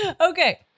Okay